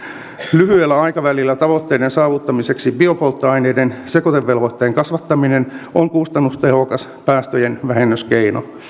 lyhyellä aikavälillä tavoitteiden saavuttamiseksi biopolttoaineiden sekoitevelvoitteen kasvattaminen on kustannustehokas päästöjenvähennyskeino